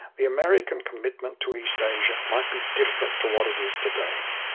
the american commitment to east asia might be different to what it is today.